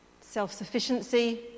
self-sufficiency